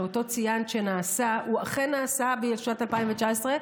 שציינת שנעשה, אכן נעשה בשנת 2019,